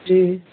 जी